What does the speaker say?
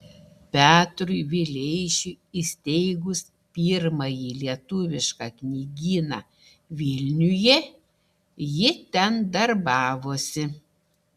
petrui vileišiui įsteigus pirmąjį lietuvišką knygyną vilniuje ji ten darbavosi